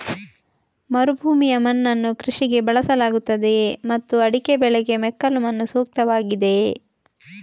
ಮರುಭೂಮಿಯ ಮಣ್ಣನ್ನು ಕೃಷಿಗೆ ಬಳಸಲಾಗುತ್ತದೆಯೇ ಮತ್ತು ಅಡಿಕೆ ಬೆಳೆಗೆ ಮೆಕ್ಕಲು ಮಣ್ಣು ಸೂಕ್ತವಾಗಿದೆಯೇ?